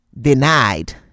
denied